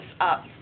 up